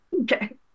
Okay